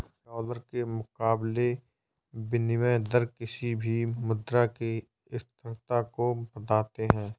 dollar के मुकाबले विनियम दर किसी भी मुद्रा की स्थिरता को बताते हैं